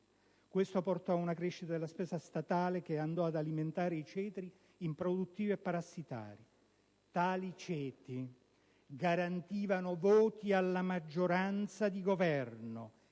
Questo portò ad una crescita della spesa statale che andò ad alimentare i ceti improduttivi e parassitari. Tali ceti garantivano voti alla maggioranza di Governo